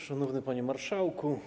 Szanowny Panie Marszałku!